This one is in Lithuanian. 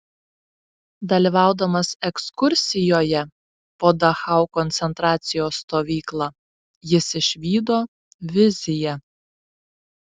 dalyvaudamas ekskursijoje po dachau koncentracijos stovyklą jis išvydo viziją